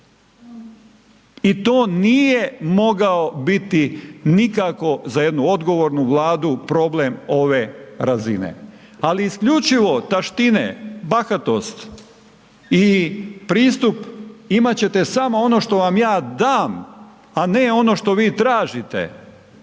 I to nije mogao biti nikako za jednu odgovornu Vladu problem ove razine, ali isključivo taštine, bahatost i pristup imat ćete samo ono što vam ja dam, a ne ono što vi tražite